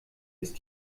ist